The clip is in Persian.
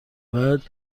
باید